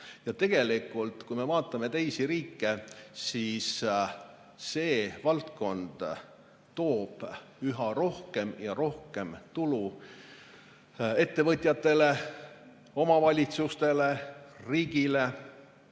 mitte midagi. Kui vaatame teisi riike, siis näeme, et see valdkond toob üha rohkem ja rohkem tulu ettevõtjatele, omavalitsustele, riigile.